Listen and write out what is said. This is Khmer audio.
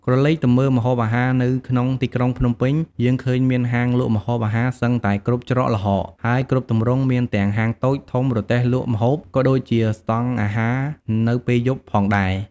ក្រឡេកទៅមើលម្ហូបអាហារនៅក្នុងទីក្រុងភ្នំពេញ យើងឃើញមានហាងលក់ម្ហូបអាហារសឹងតែគ្រប់ច្រកល្ហក ហើយគ្រប់ទម្រង់ មានទាំងហាងតូច ធំ រទេះលក់ម្ហូប ក៏ដូចជាស្តង់អាហារនៅពេលយប់ផងដែរ។